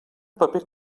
paper